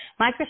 Microsoft